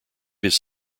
his